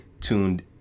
tuned